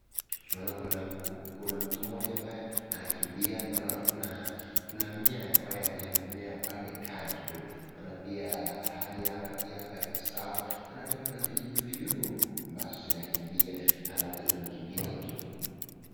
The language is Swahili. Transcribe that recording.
Naona kuna mtu mmoja ambaye anakimbia alafu kuna mimea pale kando, naona pia hali ya anga pia hapa iko sawa, naona pia kuna vidude vidogo ambazo zinakimbia labda zinamkimbiza tu.